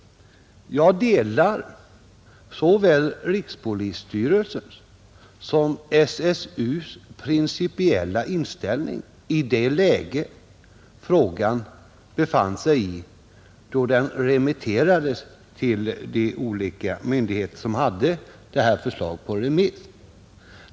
Jag delar såväl rikspolisstyrelsens som SSU:s principiella inställning i det läget frågan befann sig i, då denna remitterades till de olika myndigheter som fick detta förslag på remiss.